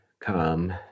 come